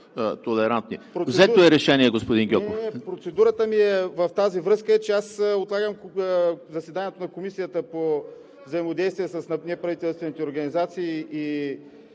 по-толерантни. Взето е решение, господин Гьоков. ГЕОРГИ ГЬОКОВ: Процедурата ми в тази връзка е, че аз отлагам заседанието на Комисията по взаимодействието с неправителствените организации и